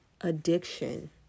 addiction